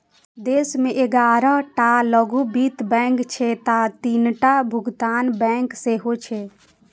देश मे ग्यारह टा लघु वित्त बैंक छै आ तीनटा भुगतान बैंक सेहो छै